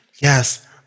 Yes